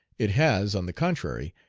it has, on the contrary,